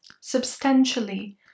substantially